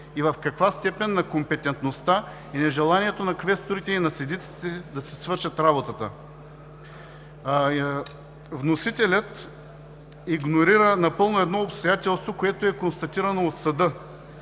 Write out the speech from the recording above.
и в каква степен – на компетентността и нежеланието на квесторите и на синдиците да си свършат работата? Вносителят игнорира напълно едно обстоятелство, което е констатирано от съда